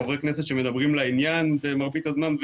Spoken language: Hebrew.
חברי כנסת שמדברים לעניין במרבית הזמן,